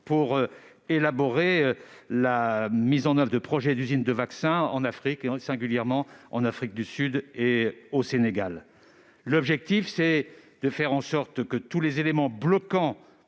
pour élaborer la mise en oeuvre du projet d'usine de vaccins en Afrique, singulièrement en Afrique du Sud et au Sénégal. L'objectif est de faire en sorte que soient levés le plus